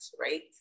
right